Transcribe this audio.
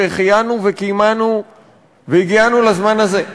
שהחיינו וקיימנו והגיענו לזמן הזה,